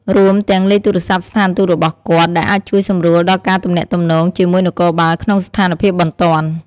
រួមទាំងលេខទូរស័ព្ទស្ថានទូតរបស់គាត់ ដែលអាចជួយសម្រួលដល់ការទំនាក់ទំនងជាមួយនគរបាលក្នុងស្ថានភាពបន្ទាន់។